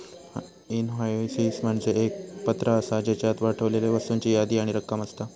invoices म्हणजे एक पत्र आसा, ज्येच्यात पाठवलेल्या वस्तूंची यादी आणि रक्कम असता